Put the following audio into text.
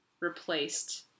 replaced